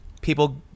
people